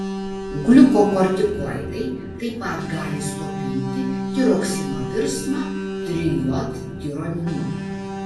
gliukokortikoidai taip pat gali slopinti tiroksino virsmą trijodtironinu